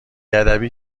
ادبی